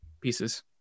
pieces